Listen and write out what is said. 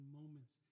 moments